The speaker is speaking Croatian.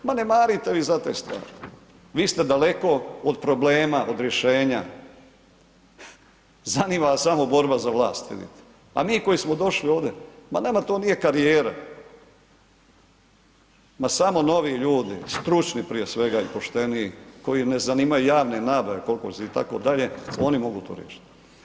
Ma ne marite vi za te stvari, vi ste daleko od problema, od rješenja, zanima vas samo borba za vlast vidite, a mi koji smo došli ovdje, ma nama to nije karijera, ma samo novi ljudi, stručni prije svega i pošteniji koji ne zanimaju javne nabave ... itd., oni mogu to riješiti.